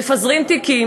מפזרים תיקים,